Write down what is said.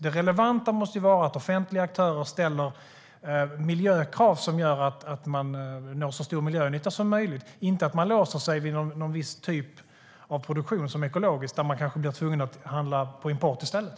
Det relevanta måste vara att offentliga aktörer ställer miljökrav som gör att man uppnår så stor miljönytta som möjligt, inte att man låser sig vid någon viss typ av ekologisk produktion och kanske blir tvungen att handla på import i stället.